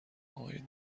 آقای